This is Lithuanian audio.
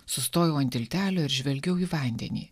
sustojau ant tiltelio ir žvelgiau į vandenį